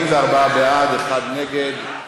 44 בעד, אחד נגד.